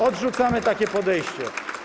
Odrzucamy takie podejście.